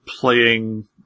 playing